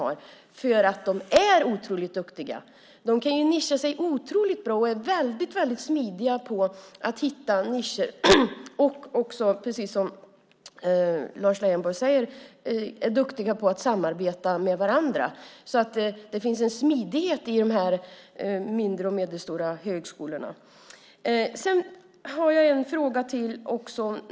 De är ju otroligt duktiga! De är otroligt smidiga när det gäller att hitta nischer, och de är, som Lars Leijonborg säger, duktiga på att samarbeta med varandra. Det finns alltså en smidighet i de mindre och medelstora högskolorna. Jag har en fråga till.